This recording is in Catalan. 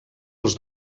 als